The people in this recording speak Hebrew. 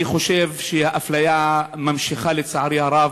אני חושב שהאפליה ממשיכה, לצערי הרב.